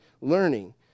learning